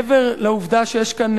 מעבר לעובדה שיש כאן,